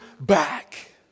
back